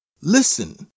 Listen